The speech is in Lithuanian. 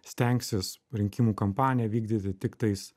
stengsis rinkimų kampaniją vykdyti tiktais